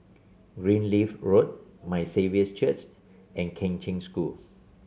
Greenleaf Road My Saviour's Church and Kheng Cheng School